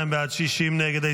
52 בעד, 60 נגד.